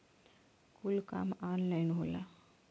कुल काम ऑन्लाइने होला